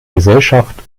gesellschaft